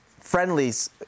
friendlies